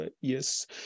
yes